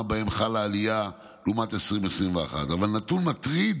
ובהן חלה עלייה לעומת 2021. אבל נתון מטריד